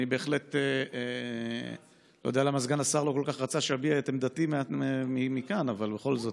אני לא יודע למה סגן השר לא כל כך רצה שאביע את עמדתי מכאן אבל בכל זאת,